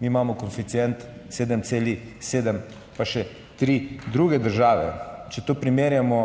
mi imamo koeficient 7,7, pa še tri druge države. Če to primerjamo